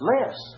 Less